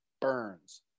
Burns